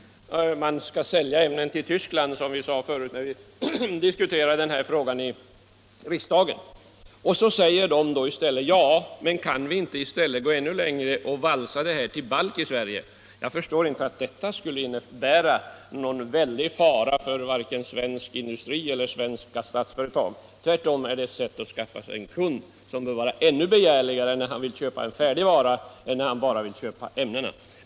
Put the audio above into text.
Man ville sälja ämnen till Tyskland, som vi sade när vi då diskuterade denna fråga i riksdagen. Då frågade man från Kruppkoncernens sida om vi inte kunde gå ännu längre och valsa ämnena till balk i Sverige. Jag förstår inte att det skulle innebära någon väldig fara vare sig för svensk industri eller för svenska statsföretag..Tvärtom är det ett sätt att skaffa sig en kund som bör vara ännu begärligare när han vill köpa en färdig vara än han var när han bara ville köpa ämnen.